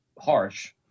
harsh